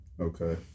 okay